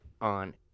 on